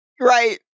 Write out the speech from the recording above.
Right